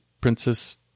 princess